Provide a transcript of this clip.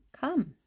Come